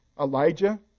Elijah